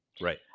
Right